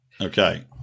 Okay